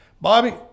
Bobby